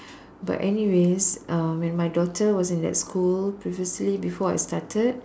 but anyways uh when my daughter was in that school previously before I started